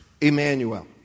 Emmanuel